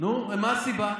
אז מה הסיבה?